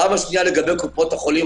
פעם שנייה לגבי קופות החולים,